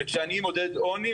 וכשאני מודד עוני,